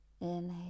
inhale